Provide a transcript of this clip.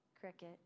cricket